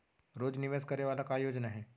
रोज निवेश करे वाला का योजना हे?